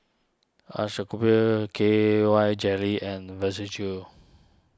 K Y Jelly and